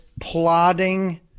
plodding